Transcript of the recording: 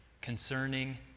concerning